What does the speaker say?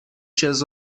čez